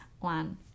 one